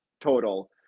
total